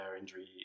injury